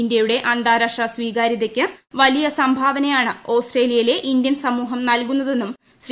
ഇന്ത്യയുടെ അന്താരാഷ്ട്ര സ്വീകാര്യതയ്ക്ക് വലിയ സംഭാവനയാണ് ഓസ്ട്രേലിയയിലെ ഇന്ത്യൻ സമൂഹം നൽകുന്നതെന്നും ശ്രീ